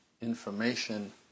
information